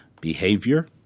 behavior